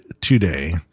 today